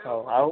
ହଉ ଆଉ